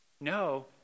No